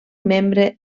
membre